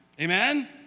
Amen